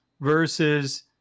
versus